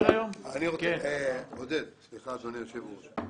עודד סליחה, אדוני היושב-ראש,